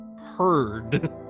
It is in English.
heard